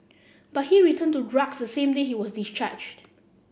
but he returned to drugs the same day he was discharged